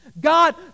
God